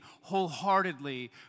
wholeheartedly